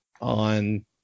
on